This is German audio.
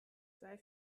sei